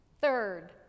third